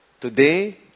Today